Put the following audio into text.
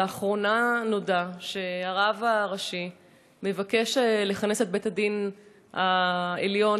לאחרונה נודע שהרב הראשי מבקש לכנס את בית-הדין העליון,